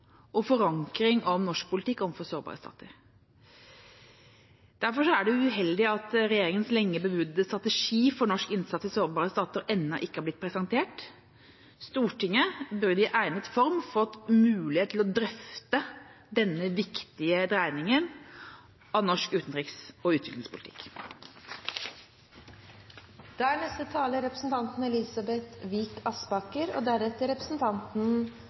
og forankring om norsk politikk overfor sårbare stater. Derfor er det uheldig at regjeringas lenge bebudede strategi for norsk innsats i sårbare stater ennå ikke har blitt presentert. Stortinget burde i egnet form fått mulighet til å drøfte denne viktige dreiningen av norsk utenriks- og utviklingspolitikk. De talere som heretter får ordet, har en taletid på inntil 3 minutter. Kloden er et skjebnefellesskap, og